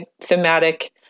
thematic